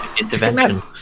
Intervention